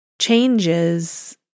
changes